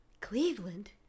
Cleveland